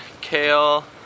kale